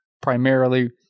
primarily